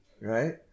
right